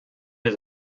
his